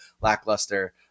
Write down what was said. lackluster